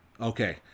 Okay